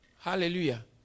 Hallelujah